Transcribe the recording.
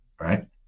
right